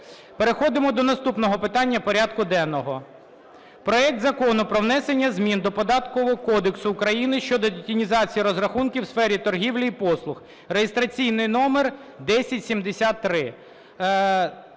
Переходимо до наступного питання порядку денного. Проект Закону про внесення змін до Податкового кодексу України щодо детінізації розрахунків в сфері торгівлі і послуг (реєстраційний номер 1073)